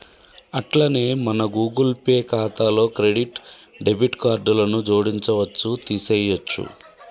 అట్లనే మన Google Pay ఖాతాలో క్రెడిట్ డెబిట్ కార్డులను జోడించవచ్చు తీసేయొచ్చు